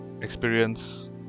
experience